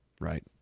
Right